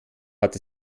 hat